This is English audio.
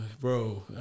Bro